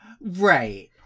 Right